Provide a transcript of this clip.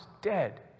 dead